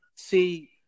See